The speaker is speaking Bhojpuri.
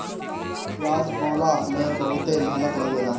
पियाज बोअला में बहुते मेहनत लागेला